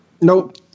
Nope